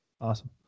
Awesome